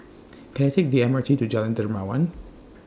Can I Take The M R T to Jalan Dermawan